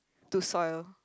to sold